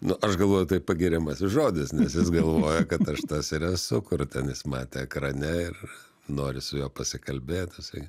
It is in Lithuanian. nu aš galvoju taip pagiriamasis žodis nes jis galvoja kad aš tas ir esu kur ten jis matė ekrane ir nori su juo pasikalbėt jisai